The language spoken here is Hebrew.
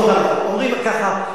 אומרים ככה,